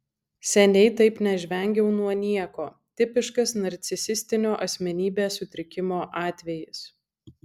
seniai taip nežvengiau nuo nieko tipiškas narcisistinio asmenybės sutrikimo atvejis